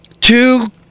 two